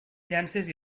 llances